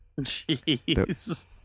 Jeez